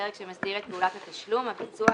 הפרק שמסדיר את פעולת התשלום הביצוע,